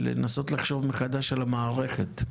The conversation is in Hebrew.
לנסות לחשוב מחדש על המערכת: